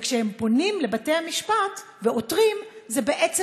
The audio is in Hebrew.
וכשהם פונים לבתי-המשפט ועותרים זה בעצם